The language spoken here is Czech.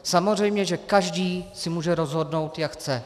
Samozřejmě že každý se může rozhodnout, jak chce.